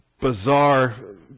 bizarre